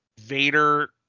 Vader